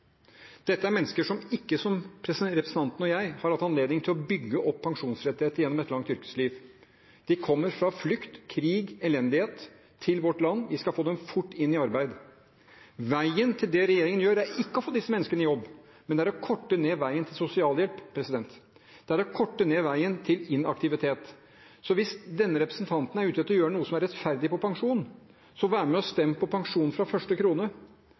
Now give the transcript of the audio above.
Dette er mennesker som ikke – som representanten og jeg – har hatt anledning til å bygge opp pensjonsrettigheter gjennom et langt yrkesliv. De kommer fra flukt, krig og elendighet til vårt land. Vi skal få dem fort i arbeid. Det regjeringen gjør, er ikke å få disse menneskene i jobb, men å korte ned veien til sosialhjelp, det å korte ned veien til inaktivitet. Hvis representanten er ute etter å gjøre noe som er rettferdig på pensjon, så vær med og stem på pensjon fra første krone.